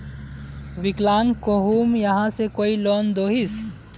विकलांग कहुम यहाँ से कोई लोन दोहिस?